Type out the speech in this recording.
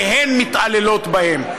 והן מתעללות בהם.